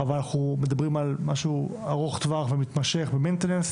אבל אנחנו מדברים על משהו ארוך טווח ומתמשך ו-maintenance.